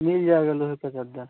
मिल जाएगा लोहे का चादर